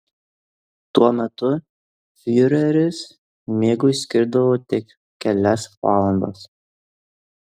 tuo metu fiureris miegui skirdavo tik kelias valandas